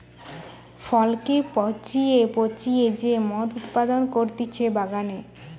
ফলকে পচিয়ে পচিয়ে যে মদ উৎপাদন করতিছে বাগানে